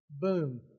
boom